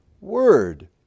Word